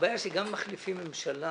הבעיה שגם אם מחליפים ממשלה,